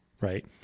Right